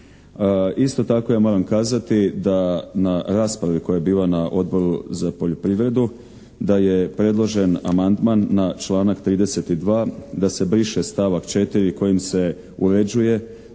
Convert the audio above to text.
Isto tako ja moram kazati da na raspravi koja je bila na Odboru za poljoprivredu da je predložen amandman na članak 32. da se briše stavak 4. kojim se uređuje